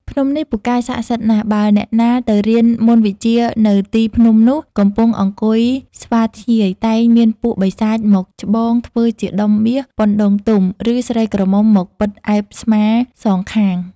ភ្នំនេះ ពូកែស័ក្តិសិទ្ធិណាស់ បើអ្នកណាទៅរៀនមន្តវិជ្ជានៅទីភ្នំនោះ កំពុងអង្គុយស្វាធ្យាយ តែងមានពួក បិសាចមកច្បងធ្វើជាដុំមាសប៉ុនដូងទុំ ឬស្រីក្រមុំមកពិតអែបស្មាសងខាង។